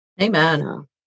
Amen